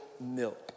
milk